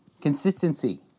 Consistency